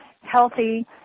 healthy